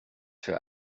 für